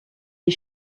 les